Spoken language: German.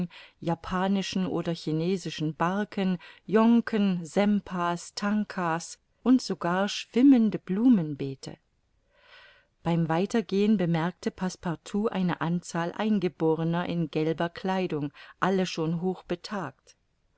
japanischen oder chinesischen barken jonken sempa's tanka's und sogar schwimmende blumenbeete beim weitergehen bemerkte passepartout eine anzahl eingeborener in gelber kleidung alle schon hochbetagt